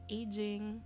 aging